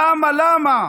למה, למה?